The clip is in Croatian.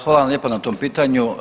Hvala vam lijepo na tom pitanju.